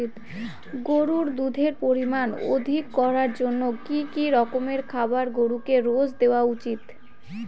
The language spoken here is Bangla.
গরুর দুধের পরিমান অধিক করার জন্য কি কি রকমের খাবার গরুকে রোজ দেওয়া উচিৎ?